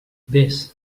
vés